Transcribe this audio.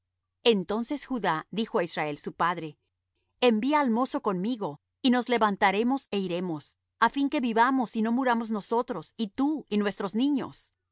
entonces judá dijo á israel su padre envía al mozo conmigo y nos levantaremos é iremos á fin que vivamos y no muramos nosotros y tú y nuestros niños